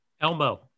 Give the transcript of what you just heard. Elmo